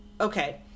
okay